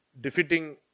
Defeating